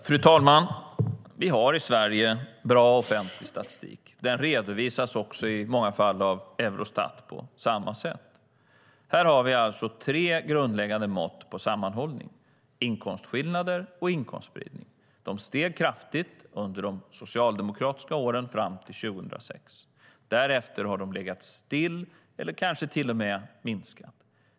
Fru talman! Vi har i Sverige bra offentlig statistik. Den redovisas också i många fall av Eurostat på samma sätt. Här har vi alltså tre grundläggande mått på sammanhållning, inkomstskillnader och inkomstspridning. De steg kraftigt under de socialdemokratiska åren fram till 2006. Därefter har de legat stilla eller kanske till och med minskat.